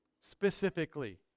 specifically